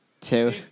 Two